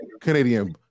Canadian